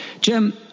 Jim